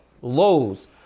Lowe's